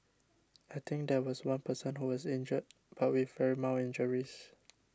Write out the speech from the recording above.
I think there was one person who was injured but with very mild injuries